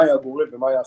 מה היה הגורם ומה היה החלק.